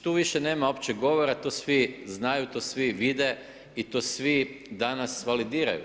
Tu više nema uopće govora, to svi znaju, to svi vide i to svi danas validiraju.